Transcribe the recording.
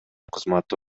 кызматы